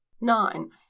nine